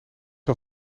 een